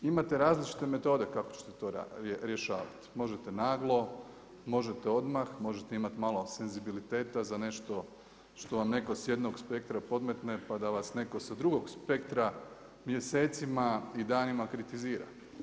Imate različite metode kako ćete to rješavati, možete naglo, možete odmah, možete imati malo senzibiliteta za nešto što vam netko s jednog spektra podmetne pa da vas netko s drugog spektra mjesecima i danima kritizira.